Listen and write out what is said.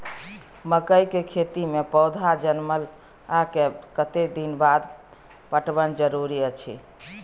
मकई के खेती मे पौधा जनमला के कतेक दिन बाद पटवन जरूरी अछि?